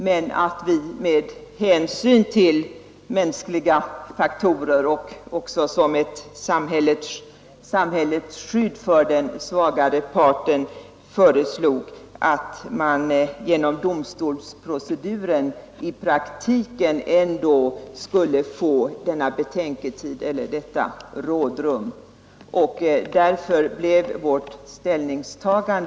Men vi har med hänsyn till mänskliga faktorer och också som ett samhällets skydd för den svagare parten föreslagit att man genom domstolsproceduren ändå i praktiken skulle få betänketid eller rådrum även för den andra kategorin makar.